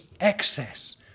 excess